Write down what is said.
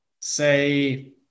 Say